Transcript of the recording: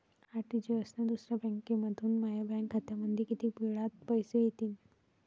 RTGS न दुसऱ्या बँकेमंधून माया बँक खात्यामंधी कितीक वेळातं पैसे येतीनं?